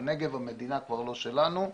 בנגב המדינה כבר לא שלנו.